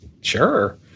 sure